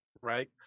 Right